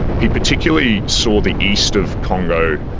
he particularly saw the east of congo,